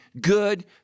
good